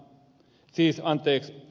siis anteeksi